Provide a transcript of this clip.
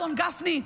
אדון גפני,